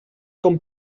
com